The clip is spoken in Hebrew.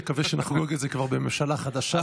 אני מקווה שנחגוג את זה כבר בממשלה חדשה,